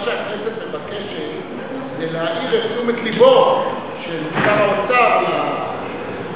מה שהכנסת מבקשת זה להעיר את תשומת לבו של שר האוצר שלנו,